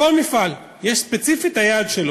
לכל מפעל יש ספציפית את היעד שלו.